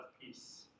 peace